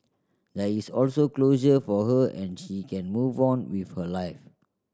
there is also closure for her and she can move on with her life